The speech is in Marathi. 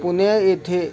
पुणे येथे